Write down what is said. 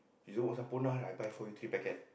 you I buy for you three packet